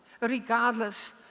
regardless